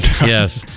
Yes